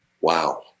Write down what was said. Wow